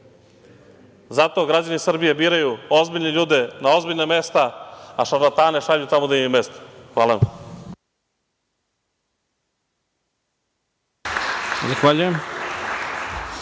Zato građani Srbije biraju ozbiljne ljude na ozbiljna mesta, a šarlatane šalju tamo gde im je mesto. Hvala vam.